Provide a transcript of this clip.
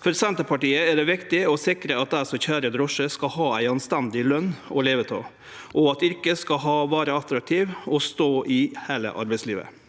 For Senterpartiet er det viktig å sikre at dei som køyrer drosje skal ha ei anstendig løn å leve av, og at yrket skal vere attraktivt å stå i i heile arbeidslivet.